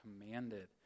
commanded